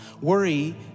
Worry